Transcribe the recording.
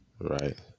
right